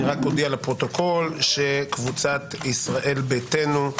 אודיע לפרוטוקול שקבוצת ישראל ביתנו,